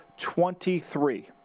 23